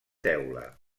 teula